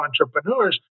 entrepreneurs